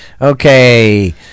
okay